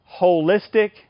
holistic